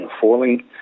falling